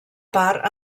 part